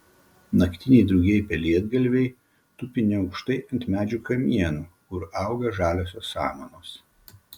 naktiniai drugiai pelėdgalviai tupi neaukštai ant medžių kamienų kur auga žaliosios samanos